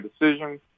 decision